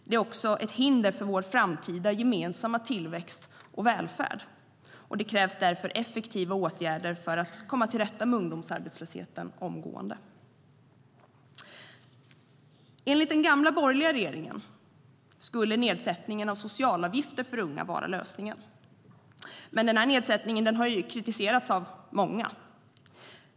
Det är också ett hinder för vår framtida gemensamma tillväxt och välfärd, och det krävs därför effektiva åtgärder för att komma till rätta med ungdomsarbetslösheten omgående. Enligt den gamla borgerliga regeringen skulle nedsättningen av socialavgifter för unga vara lösningen. Men denna nedsättning har kritiserats av många.